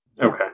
Okay